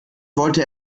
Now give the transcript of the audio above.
wollte